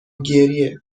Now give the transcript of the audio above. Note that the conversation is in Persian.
گریه